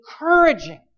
encouraging